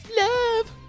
love